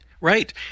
Right